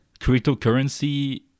cryptocurrency